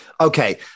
Okay